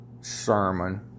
sermon